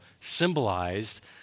symbolized